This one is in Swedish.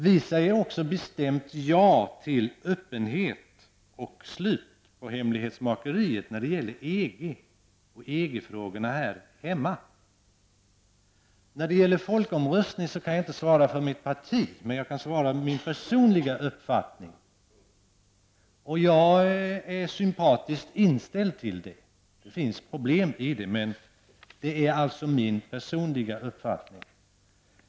Vi säger också bestämt ja till öppenhet och slut på hemlighetsmakeriet i EG-frågorna här hemma. När det gäller folkomröstning kan jag inte svara för mitt parti, men jag kan tala om min personliga uppfattning. Det finns problem i sammanhanget, men personligen är jag sympatiskt inställd till folkomröstning.